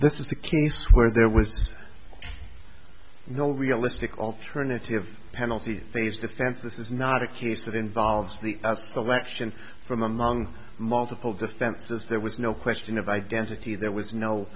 is a case where there was no realistic alternative penalty phase defense this is not a case that involves the selection from among multiple defenses there was no question of identity there was no